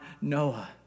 Noah